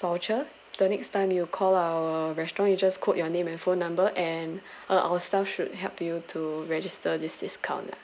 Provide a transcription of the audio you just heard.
voucher the next time you call our restaurant you just quote your name and phone number and uh our staff should help you to register this discount lah